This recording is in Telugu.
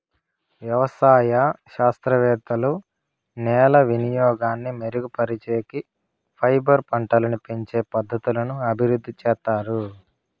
వ్యవసాయ శాస్త్రవేత్తలు నేల వినియోగాన్ని మెరుగుపరిచేకి, ఫైబర్ పంటలని పెంచే పద్ధతులను అభివృద్ధి చేత్తారు